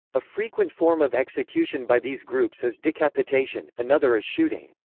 a frequent form of execution by these groups is decapitation, another is shooting.